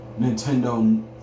Nintendo